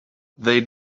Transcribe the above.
they